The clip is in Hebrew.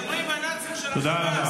תדברי עם הנאצים של החמאס.